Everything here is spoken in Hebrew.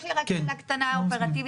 יש לי רק שאלה קטנה אופרטיבית.